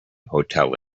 hotel